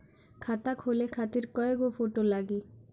खाता खोले खातिर कय गो फोटो लागी?